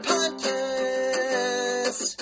Podcast